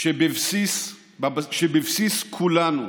שבבסיס כולנו